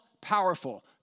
powerful